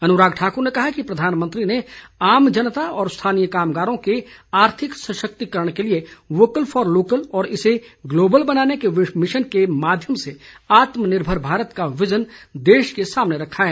अनुराग ठाकुर ने कहा कि प्रधानमंत्री ने आम जनता और स्थानीय कामगारों के आर्थिक सशक्तिकरण के लिए वोकल फॉर लोकल और इसे ग्लोबल बनाने के मिशन के माध्यम से आत्मनिर्भर भारत का विजन देश के सामने रखा है